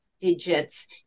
digits